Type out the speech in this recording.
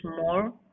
more